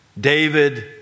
David